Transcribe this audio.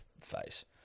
face